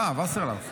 אה, וסרלאוף.